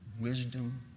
wisdom